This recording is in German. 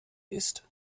ist